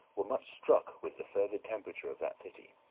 were much struck with the fervid temperature of that city.